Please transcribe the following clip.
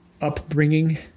upbringing